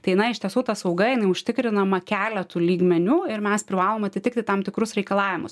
tai na iš tiesų ta sauga jinai užtikrinama keletu lygmeniu ir mes privalom atitikti tam tikrus reikalavimus